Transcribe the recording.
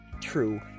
true